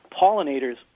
pollinators